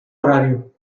horario